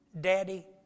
Daddy